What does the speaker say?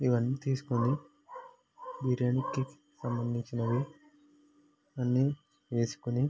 ఇవన్నీ తీసుకొని బిర్యానికి సంబంధించినవి అన్ని వేసుకుని